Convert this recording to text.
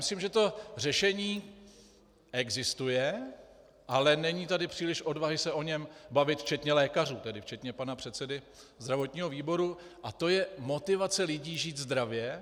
Myslím, že to řešení existuje, ale není tady příliš odvahy se o něm bavit, včetně lékařů tedy, včetně pana předsedy zdravotního výboru, a to je motivace lidí žít zdravě.